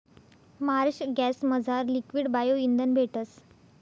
Marsh गॅसमझार liquid bio इंधन भेटस